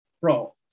bro